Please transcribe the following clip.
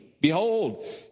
Behold